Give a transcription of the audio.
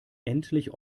endlich